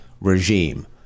regime